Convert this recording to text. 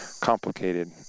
complicated